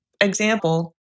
example